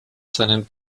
seinen